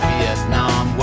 Vietnam